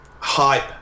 hype